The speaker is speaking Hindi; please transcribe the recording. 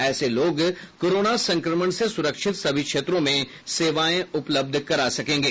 ऐसे लोग कोरोना संक्रमण से सुरक्षित सभी क्षेत्रों में सेवाएं उपलब्ध करा सकेंगे